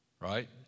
Right